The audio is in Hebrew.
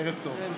ערב טוב.